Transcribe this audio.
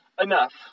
enough